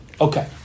Okay